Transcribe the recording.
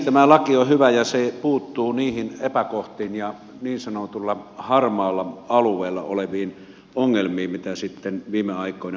tämä laki on hyvä ja se puuttuu niihin epäkohtiin ja niin sanotulla harmaalla alueella oleviin ongelmiin joita viime aikoina on nähty